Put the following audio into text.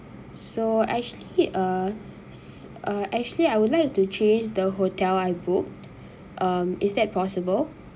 so I actually uh uh actually I would like to change the hotel I booked um is that possible